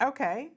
Okay